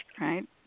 right